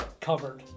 covered